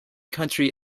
country